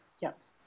Yes